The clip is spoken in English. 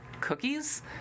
cookies